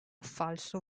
falso